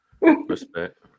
Respect